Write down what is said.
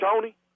Tony